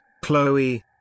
Chloe